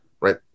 right